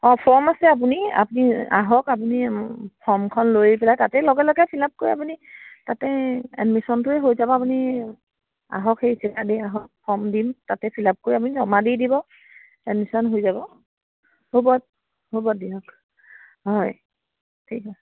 অঁ ফৰ্ম আছে আপুনি আপুনি আহক আপুনি ফৰ্মখন লৈ পেলাই তাতে লগে লগে ফিল আপ কৰি আপুনি তাতে এডমিশ্যনটোৱেই হৈ যাব আপুনি আহকেই এতিয়া আহক ফৰ্ম দিম তাতে ফিল আপ কৰি আপুনি জমা দি দিব এডমিছশ্যন হৈ যাব হ'ব হ'ব দিয়ক হয় ঠিক আছে